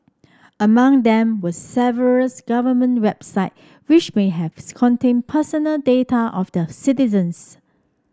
among them was several government website which may have contained personal data of their citizens